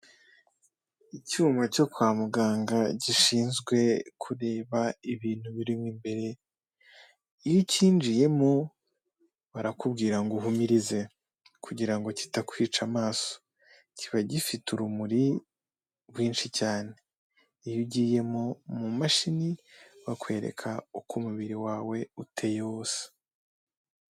Icyuma cyo kwa muganga gishinzwe kureba ibintu birimo imbere, iyo ucyinjiyemo barakubwira ngo uhumirize kugira ngo kitakwica amaso kiba gifite urumuri rwinshi cyane, iyo ugiye mu mashini bakwereka uko umubiri wawe uteye wose.